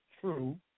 true